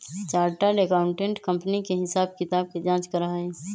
chartered accountant company के हिसाब किताब के जाँच करा हई